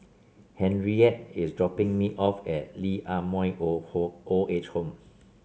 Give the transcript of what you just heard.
Henriette is dropping me off at Lee Ah Mooi Old Old Age Home